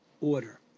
order